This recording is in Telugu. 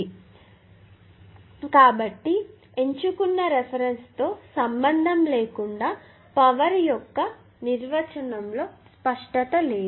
కాబట్టి చూపించబోయేది ఏమిటంటే ఎంచుకున్న రిఫరెన్స్ తో సంబంధం లేకుండా పవర్ యొక్క నిర్వచనం లో స్పష్టత లేదు